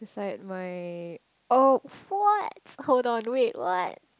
side my of what hold on wait what